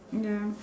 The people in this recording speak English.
ya